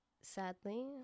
sadly